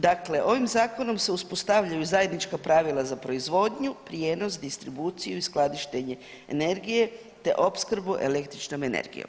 Dakle, s ovim zakonom se uspostavljaju zajednička pravila za proizvodnju, prijenos, distribuciju i skladištenje energije te opskrbu električnom energijom.